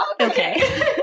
Okay